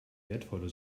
wertvolle